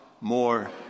more